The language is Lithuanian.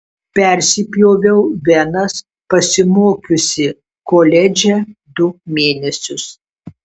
persipjoviau venas pasimokiusi koledže du mėnesius